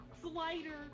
slider